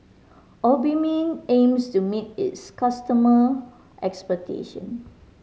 Obimin aims to meet its customer expectation